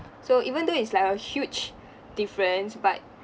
so even though it's like a huge difference but